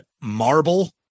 marble